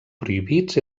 prohibits